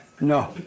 No